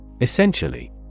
Essentially